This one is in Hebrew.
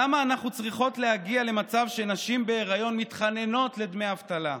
למה אנחנו צריכות להגיע למצב שנשים בהיריון מתחננות לדמי אבטלה?